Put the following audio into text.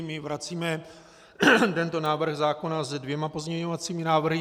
My vracíme tento návrh zákona s dvěma pozměňovacími návrhy.